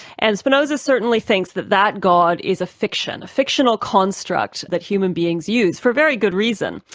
and spinoza certainly thinks that that god is a fiction, a fictional construct that human beings use, for very good reason.